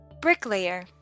bricklayer